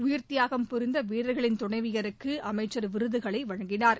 உயிர்த்தியாகம் புரிந்த வீரர்களின் துணைவியருக்கு அமைச்சர் விருதுகளை வழங்கினார்